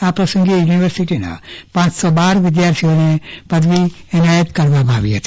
આ પ્રસંગે યુનિવર્સિટીના પાંચસો બાર વિદ્યાર્થીઓને પદવી એનાયત કરવામાં આવી હતી